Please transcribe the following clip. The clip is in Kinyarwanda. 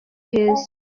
heza